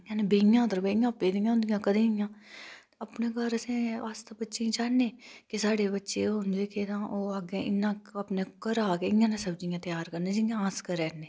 कन्नै बेहियां तरबेहियां पादी होंदिआं घरै दियां अपने घर अस ते बच्चैं गी चाह्नें कि साढ़े बच्चे होन जेह्के ओह् इन्ने ओह् अपने गरां दा सब्जियां लान जियां अ लान्ने